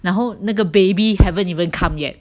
然后那个 baby haven't even come yet